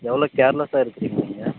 எவ்வளோ கேர் லெஸ்சாக இருக்கீறிங்க நீங்கள்